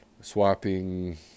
swapping